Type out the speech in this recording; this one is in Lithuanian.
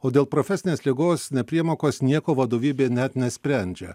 o dėl profesinės ligos nepriemokos nieko vadovybė net nesprendžia